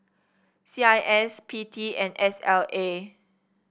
C I S P T and S L A